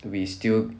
we still